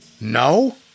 No